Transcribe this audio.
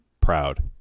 proud